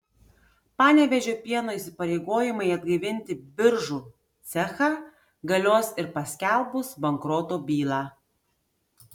panevėžio pieno įsipareigojimai atgaivinti biržų cechą galios ir paskelbus bankroto bylą